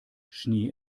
schnee